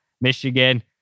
Michigan